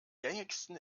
gängigsten